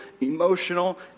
emotional